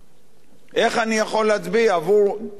איך אני יכול להצביע עבור דבר א',